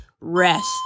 rest